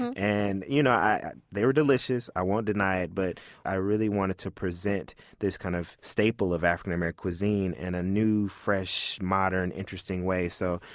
and and you know they were delicious, i won't deny it, but i really wanted to present this kind of staple of african-american cuisine in a new, fresh, modern, interesting way. so,